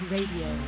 Radio